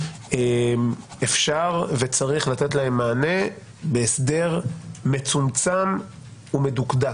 אפשר וצריך לתת להם מענה בהסדר מצומצם ומדוקדק.